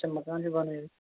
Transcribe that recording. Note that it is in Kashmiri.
اچھا مکان چھِ بنٲوِتھ